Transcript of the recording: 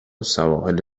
سواحل